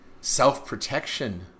self-protection